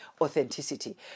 authenticity